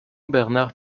bernard